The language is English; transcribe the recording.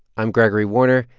i'm gregory warner,